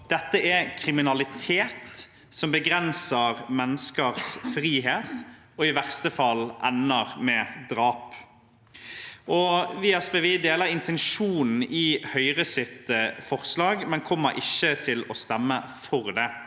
Dette er kriminalitet som begrenser menneskers frihet og i verste fall ender med drap. Vi i SV deler intensjonen i Høyres forslag, men kommer ikke til å stemme for det.